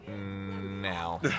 now